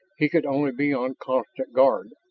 he could only be on constant guard,